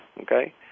Okay